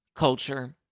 Culture